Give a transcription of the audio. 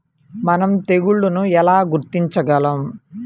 మనం తెగుళ్లను ఎలా గుర్తించగలం?